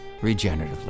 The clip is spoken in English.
regeneratively